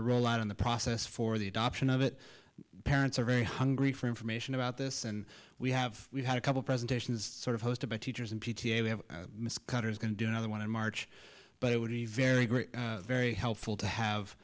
the rollout of the process for the adoption of it parents are very hungry for information about this and we have had a couple presentations sort of hosted by teachers and p t a we have miss cutter is going to do another one in march but it would be very great very helpful to have